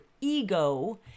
ego